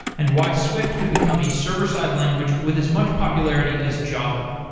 and why swift could become a server-side language with as much popularity as java.